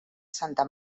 santa